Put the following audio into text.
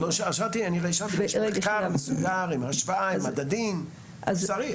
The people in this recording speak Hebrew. שאלתי: האם יש מחקר מסודר עם השוואה ועם מדדים כמו שצריך?